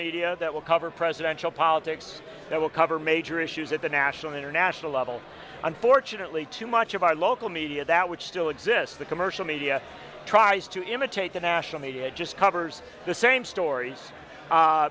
media that will cover presidential politics that will cover major issues at the national international level unfortunately too much of our local media that which still exists the commercial media tries to imitate the national media just covers the same stor